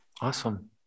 Awesome